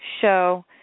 show